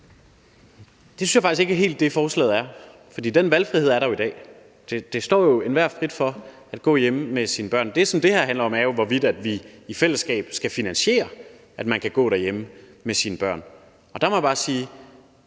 Det synes jeg faktisk ikke helt er det, forslaget går ud på. Den valgfrihed er der jo i dag. Det står jo enhver frit for at gå hjemme med sine børn. Det, som det her handler om, er jo, hvorvidt vi i fællesskab skal finansiere, at man kan gå derhjemme med sine børn. Der må jeg bare sige,